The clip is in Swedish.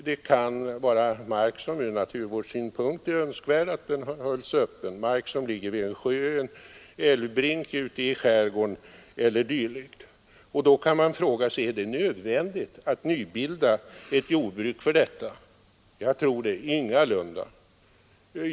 Det kan vara mark som det ur naturvårdssynpunkt är önskvärt att hålla öppen, det kan vara mark vid en sjö eller en älvbrink, i skärgården o. d. Man kan fråga sig om det är nödvändigt att nybilda ett jordbruk av dessa skäl, jag tror det ingalunda.